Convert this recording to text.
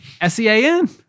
S-E-A-N